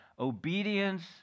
Obedience